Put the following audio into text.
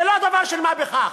זה לא דבר של מה בכך,